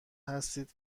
هستید